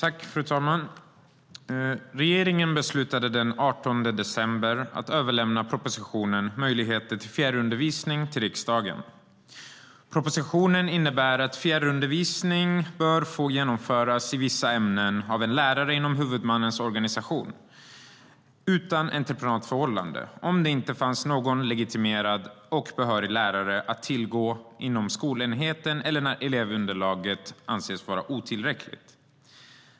Fru talman! Regeringen beslutade den 18 december att överlämna propositionen Möjligheter till fjärrundervisning till riksdagen. Propositionen innebär att fjärrundervisning bör få genomföras i vissa ämnen av en lärare inom huvudmannens organisation utan entreprenadförhållande om det inte finns någon legitimerad och behörig lärare att tillgå inom skolenheten eller när elevunderlaget anses vara otillräckligt.